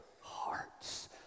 hearts